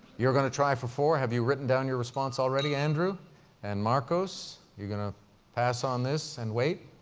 you're going to try for four? have you written down your response already, andrew and marcus? you're going to pass on this and wait?